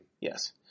Yes